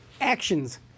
actions